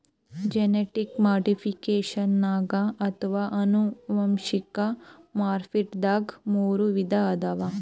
genetic ಮಾಡಿಫಿಕೇಷನ್ದಾಗ್ ಅಥವಾ ಅನುವಂಶಿಕ್ ಮಾರ್ಪಡ್ದಾಗ್ ಮೂರ್ ವಿಧ ಅವಾ